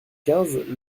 quinze